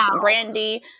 Brandy